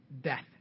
death